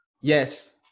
Yes